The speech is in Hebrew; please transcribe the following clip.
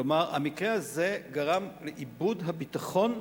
כלומר, המקרה הזה גרם לאיבוד הביטחון,